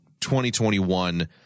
2021